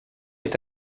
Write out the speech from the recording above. est